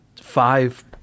five